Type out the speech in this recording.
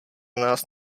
nás